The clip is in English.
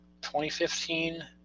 2015